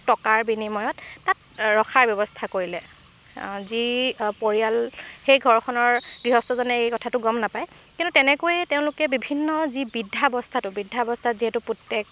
টকাৰ বিনিময়ত তাত ৰখাৰ ব্যৱস্থা কৰিলে যি পৰিয়াল সেই ঘৰখনৰ গৃহস্থজনে এই কথাটো গম নাপায় কিন্তু তেনেকৈয়ে তেওঁলোকে বিভিন্ন যি বৃদ্ধাৱস্থাটো বৃদ্ধা অৱস্থাত যিহেতু পুতেক